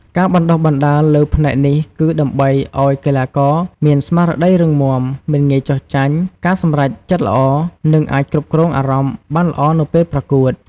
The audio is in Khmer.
ការបណ្តុះបណ្តាលលើផ្នែកនេះគឺដើម្បីឲ្យកីឡាករមាន ស្មារតីរឹងមាំ មិនងាយចុះចាញ់ ការសម្រេចចិត្តល្អ និងអាចគ្រប់គ្រងអារម្មណ៍បានល្អនៅពេលប្រកួត។